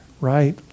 right